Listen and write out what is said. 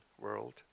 world